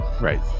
right